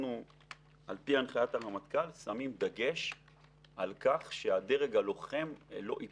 אנחנו על פי הנחיית הרמטכ"ל שמים דגש על כך שהדרג הלוחם לא ייפגע.